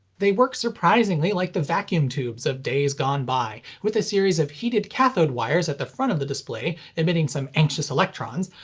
they work surprisingly like the vacuum tubes of days gone by, with a series of heated cathode wires at the front of the display emitting some anxious electrons,